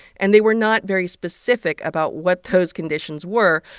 and they were not very specific about what those conditions were,